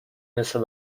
مثل